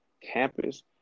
campus